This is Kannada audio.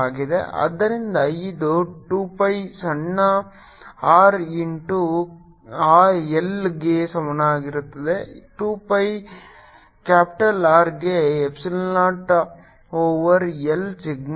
ಆದ್ದರಿಂದ ಇದು 2 pi ಸಣ್ಣ r ಇಂಟು L ಗೆ ಸಮನಾಗಿರುತ್ತದೆ 2 pi ಕ್ಯಾಪಿಟಲ್ R ಗೆ epsilon naught over L sigma